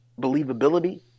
believability